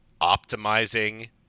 optimizing